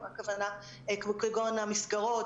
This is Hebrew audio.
הכוונה כגון: המסגרות,